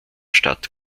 stadt